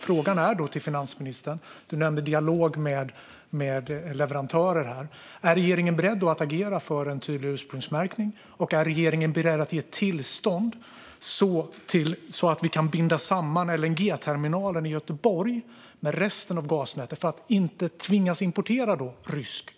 Frågan är därför till statsministern, som här nämnde dialog med leverantörer: Är regeringen beredd att agera för en tydlig ursprungsmärkning, och är regeringen beredd att ge tillstånd så att vi kan binda samman LNG-terminalen i Göteborg med resten av gasnätet så att vi inte tvingas importera rysk gas?